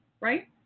right